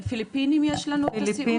פיליפינים יש לנו בסיעוד וסרי לנקה.